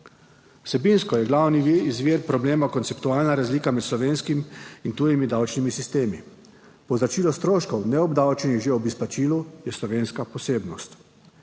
Vsebinsko je glavni izvir problema konceptualna razlika med slovenskimi in tujimi davčnimi sistemi - povračilo stroškov, neobdavčenih že ob izplačilu, je slovenska posebnost,